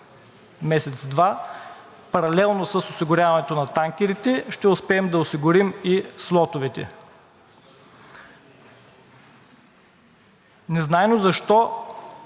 месец-два паралелно с осигуряването на танкерите ще успеем да осигурим и слотовете. Незнайно защо